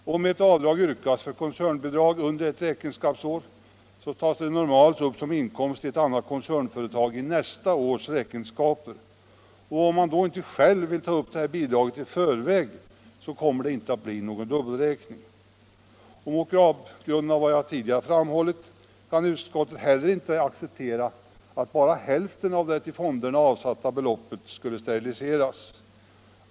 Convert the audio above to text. Om avdrag yrkas för koncernbidrag under ett räkenskapsår, så tas det normalt upp som inkomst i ett annat koncernföretag i nästa års räkenskaper. Om man inte själv vill ta upp detta bidrag i förväg, så kommer det inte att bli någon dubbelräkning. Mot bakgrunden av vad jag tidigare framhållit kan utskottet inte heller acceptera att bara hälften av det till fonderna avsatta beloppet skulle steriliseras.